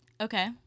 Okay